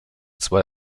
zwei